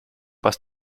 was